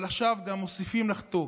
אבל עכשיו גם מוסיפים לחטוא,